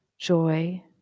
joy